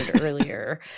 earlier